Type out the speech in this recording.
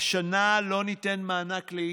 "השנה לא ניתן מענק לאינטל,